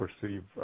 perceive